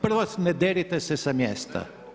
Prvo, ne derite se sa mjesta.